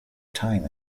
time